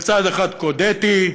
בצד אחד קוד אתי,